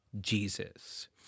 Jesus